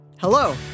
Hello